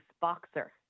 boxer